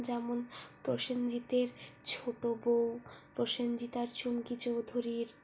যেমন প্রসেনজিতের ছোটো বউ প্রসেনজিৎ আর চুমকি চৌধুরীর